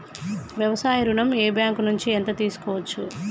వ్యవసాయ ఋణం ఏ బ్యాంక్ నుంచి ఎంత తీసుకోవచ్చు?